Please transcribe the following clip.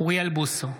אוריאל בוסו,